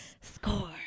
score